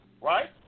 Right